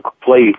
play